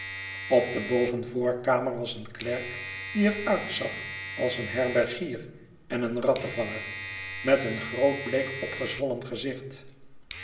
op de bovenvoorkamer was een klerk die er uitzag als een herbergier en een rattenvanger met een groot bleek opgezwollen gezicht